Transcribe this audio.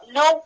no